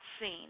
seen